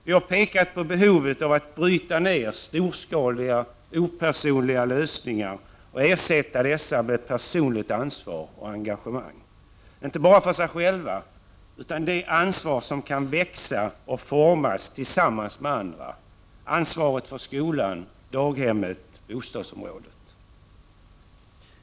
Vi har pekat på behovet av att bryta ned storskaliga, opersonliga lösningar och ersätta dessa med personligt ansvar och engagemang, inte bara ansvar för sig själv, utan det ansvar som kan växa och formas tillsammans med andra, ansvaret för skolan, daghemmet och bostadsområdet.